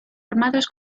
armados